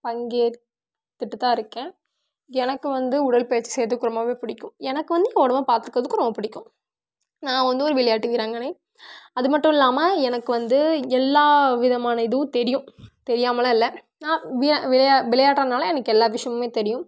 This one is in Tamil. பங்கேற்றுட்டு தான் இருக்கேன் எனக்கு வந்து உடற்பயிற்சி செய்கிறதுக்கு ரொம்ப பிடிக்கும் எனக்கு வந்து என் உடம்ப பாத்துக்கிறதுக்கு ரொம்ப பிடிக்கும் நான் வந்து ஒரு விளையாட்டு வீராங்கனை அது மட்டும் இல்லாமல் எனக்கு வந்து எல்லா விதமான இதுவும் தெரியும் தெரியாமலாம் இல்லை நான் விளையாடு விளையாட்றதுனால எனக்கு எல்லா விஷயமுமே தெரியும்